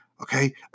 okay